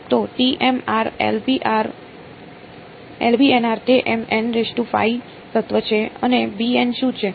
તો તે તત્વ છે અને શું છે